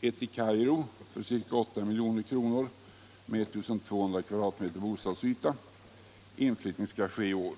Det ena avser Kairo: byggnaden kostar ca 8 milj.kr. med 1 200 m”? bostadsyta; inflyttning skall ske i år.